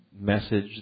message